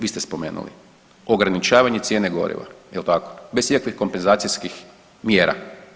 Vi ste spomenuli, ograničavanje cijene goriva jel tako bez svijetlih kompenzacijskih mjera.